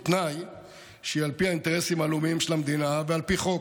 בתנאי שהיא על פי האינטרסים הלאומיים של המדינה ועל פי חוק.